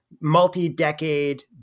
multi-decade